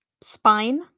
Spine